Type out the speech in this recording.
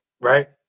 right